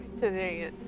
today